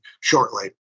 shortly